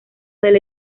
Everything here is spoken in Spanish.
del